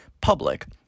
public